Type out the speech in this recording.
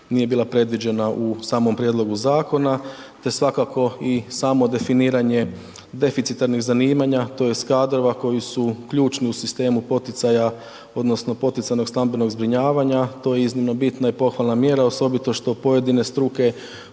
nije bila predviđena u samom prijedlogu zakona, te svakako i samo definiranje deficitarnih zanimanja tj. kadrova koji su ključni u sistemu poticaja odnosno poticajnog stambenog zbrinjavanja, to je iznimno bitna i pohvalna mjera, osobito što pojedine struke,